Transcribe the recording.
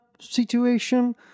situation